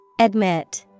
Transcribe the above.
Admit